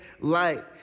light